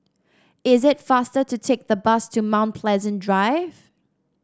is it faster to take the bus to Mount Pleasant Drive